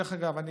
דרך אגב,